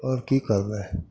आओर कि करबै